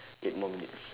eight more minutes